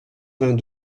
vingt